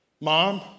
Mom